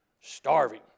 starving